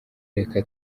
reka